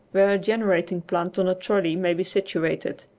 where a generating plant on a trolley may be situated.